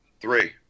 three